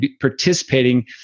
participating